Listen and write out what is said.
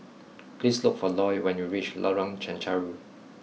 please look for Loy when you reach Lorong Chencharu